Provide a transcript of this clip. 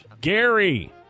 Gary